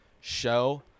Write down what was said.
show